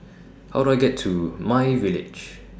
How Do I get to MyVillage